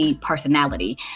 personality